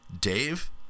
Dave